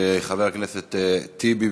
חבר הכנסת טיבי.